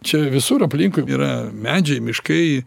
čia visur aplinkui yra medžiai miškai